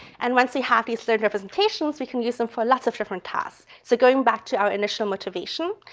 and once we have these learned representations, we can use them for lots of different tasks. so going back to our initial motivation,